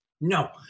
No